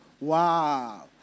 Wow